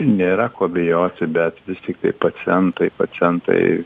nėra ko bijoti bet vis tiktai pacientai pacientai